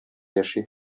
яши